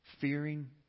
fearing